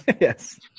Yes